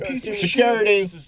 Security